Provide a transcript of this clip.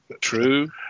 True